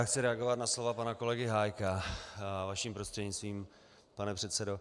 Chci reagovat na slova pana kolegy Hájka, vaším prostřednictvím, pane předsedo.